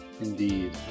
Indeed